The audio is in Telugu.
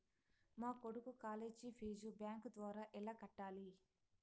మా కొడుకు కాలేజీ ఫీజు బ్యాంకు ద్వారా ఎలా కట్టాలి?